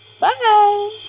Bye